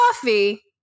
coffee